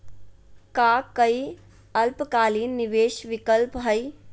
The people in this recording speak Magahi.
का काई अल्पकालिक निवेस विकल्प हई?